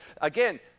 again